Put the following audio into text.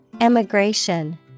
Emigration